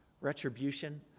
retribution